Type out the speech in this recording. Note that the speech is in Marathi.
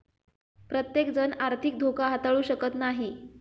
प्रत्येकजण आर्थिक धोका हाताळू शकत नाही